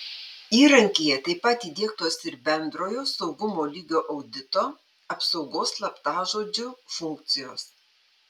įrankyje taip pat įdiegtos ir bendrojo saugumo lygio audito apsaugos slaptažodžiu funkcijos